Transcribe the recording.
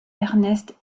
ernest